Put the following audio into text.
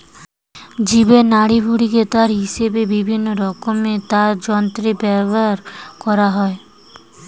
জীবের নাড়িভুঁড়িকে তার হিসাবে বিভিন্নরকমের তারযন্ত্রে ব্যাভার কোরা হয়